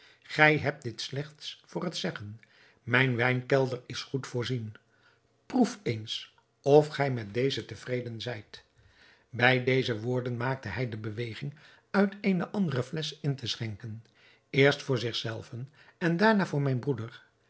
gij hebt dit slechts voor het zeggen mijn wijnkelder is goed voorzien proef eens of gij met dezen tevreden zijt bij deze woorden maakte hij de beweging uit eene andere flesch in te schenken eerst voor zich zelven en daarna voor mijn broeder